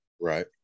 Right